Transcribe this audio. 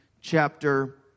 chapter